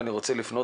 אני רוצה לפנות,